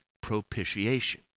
propitiation